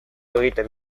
egiten